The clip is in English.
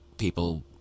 people